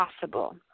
possible